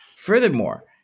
Furthermore